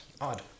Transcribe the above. Odd